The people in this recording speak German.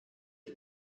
die